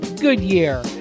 Goodyear